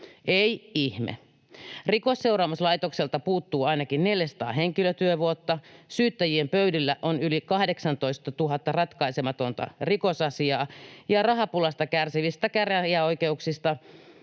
Ei ihme: Rikosseuraamuslaitokselta puuttuu ainakin 400 henkilötyövuotta, syyttäjien pöydillä on yli 18 000 ratkaisematonta rikosasiaa, ja rahapulasta kärsivissä käräjäoikeuksissa